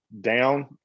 down